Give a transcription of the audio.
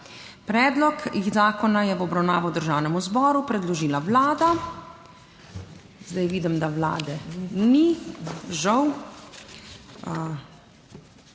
Predlog zakona je v obravnavo Državnemu zboru predložila Vlada. Zdaj vidim, da Vlade ni, žal,